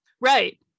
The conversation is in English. right